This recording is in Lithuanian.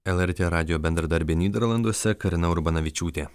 lrt radijo bendradarbė nyderlanduose karina urbanavičiūtė